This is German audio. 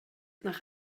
nach